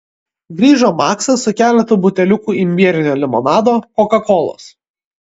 grįžo maksas su keletu buteliukų imbierinio limonado kokakolos